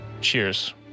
cheers